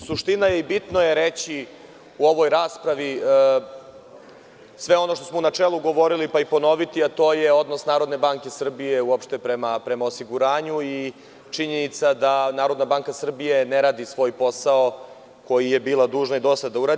Suština je i bitno je reći u ovoj raspravi sve ono što smo u načelu govorili, pa i ponoviti, a to je odnos Narodne banke Srbije uopšte prema osiguranju i činjenica da Narodna banka Srbije ne radi svoj posao koji je bila dužna i do sada da uradi.